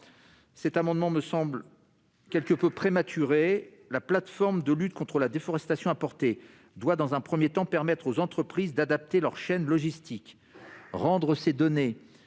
n° 1463, il me semble quelque peu prématuré. La plateforme de lutte contre la déforestation importée doit dans un premier temps permettre aux entreprises d'adapter leur chaîne logistique. Rendre ces données